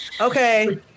Okay